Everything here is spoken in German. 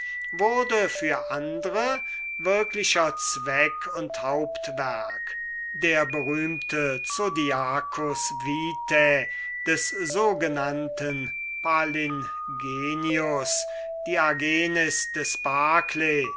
wurde für andre wirklicher zweck und hauptwerk der berühmte zodiacus vitae des sogenannten palingenius die argenis des